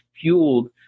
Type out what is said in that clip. fueled